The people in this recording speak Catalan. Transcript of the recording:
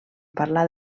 parlar